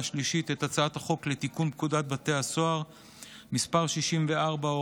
השלישית את הצעת חוק תיקון פקודת בתי הסוהר (מס' 64,